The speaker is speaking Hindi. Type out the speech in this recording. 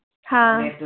हाँ